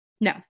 No